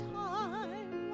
time